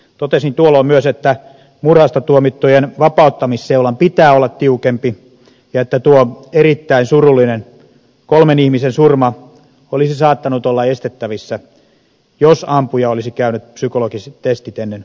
totesin tuolloin myös että murhasta tuomittujen vapauttamisseulan pitää olla tiukempi ja että tuo erittäin surullinen kolmen ihmisen surma olisi saattanut olla estettävissä jos ampuja olisi käynyt psykologiset testit ennen vapautumistaan